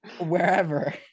wherever